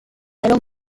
alors